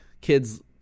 kids